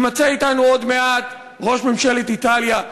יימצא אתנו עוד מעט ראש ממשלת איטליה,